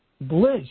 bliss